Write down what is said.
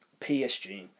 PSG